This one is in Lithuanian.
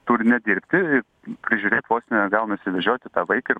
turi nedirbti ir prižiūrėt vos ne gaunasi vežioti tą vaiką ir